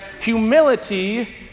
humility